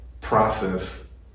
process